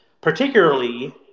particularly